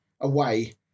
away